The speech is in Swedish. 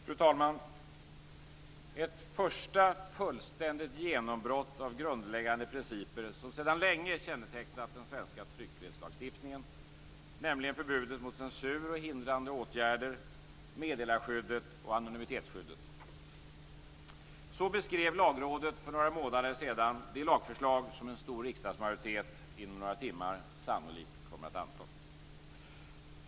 Fru talman! "- ett första fullständigt genombrott av grundläggande principer som sedan länge kännetecknar den svenska tryckfrihetslagstiftningen, nämligen förbuden mot censur och hindrande åtgärder, meddelarskyddet och anonymitetsskyddet." Så beskrev Lagrådet för några månader sedan det lagförslag som en stor riksdagsmajoritet inom några timmar sannolikt kommer att anta.